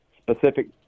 specific